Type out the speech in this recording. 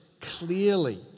clearly